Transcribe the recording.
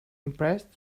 impressed